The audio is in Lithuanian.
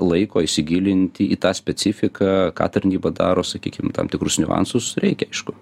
laiko įsigilinti į tą specifiką tarnyba daro sakykim tam tikrus niuansus reikia aišku